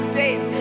days